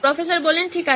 professor ঠিক আছে